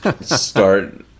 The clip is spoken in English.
start